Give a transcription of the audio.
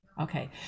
okay